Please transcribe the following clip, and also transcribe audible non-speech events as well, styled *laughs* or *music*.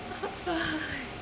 *laughs*